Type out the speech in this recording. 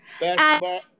basketball